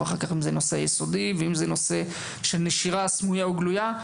נושא היסודי או ההגדרה של נשירה סמויה וגלויה.